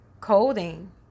coding